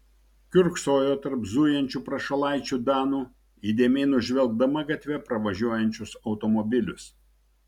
kiurksojo tarp zujančių prašalaičių danų įdėmiai nužvelgdama gatve pravažiuojančius automobilius